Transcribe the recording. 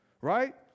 right